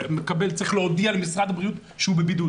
שאדם צריך להודיע למשרד הבריאות שהוא בבידוד